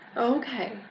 okay